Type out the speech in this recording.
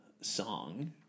song